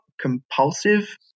Compulsive